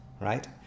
right